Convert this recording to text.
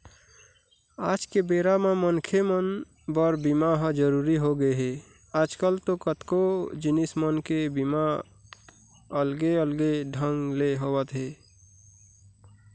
आज के बेरा म मनखे मन बर बीमा ह जरुरी होगे हे, आजकल तो कतको जिनिस मन के बीमा अलगे अलगे ढंग ले होवत हे